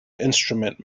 instrument